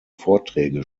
vorträge